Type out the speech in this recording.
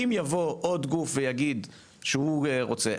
אם יבוא עוד גוף ויגיד שהוא רוצה,